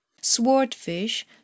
swordfish